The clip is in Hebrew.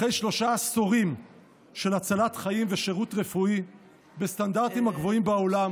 אחרי שלושה עשורים של הצלת חיים ושירות רפואי בסטנדרטים הגבוהים בעולם